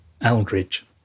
Eldridge